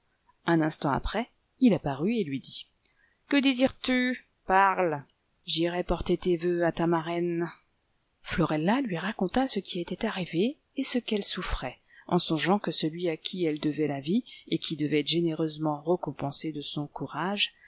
un instant après il apparut et lui dit que désircs tu parle j'irai porter tes vœux à ta marraine florella lui raconta ce qui était arrivé et ce qu'elle souffrait en songeant que celui à qui elle devait la vie et qui devait être généreusement récompensé le son courage